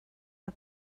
her